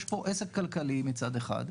יש פה עסק כלכלי מצד אחד,